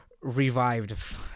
revived